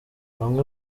bamwe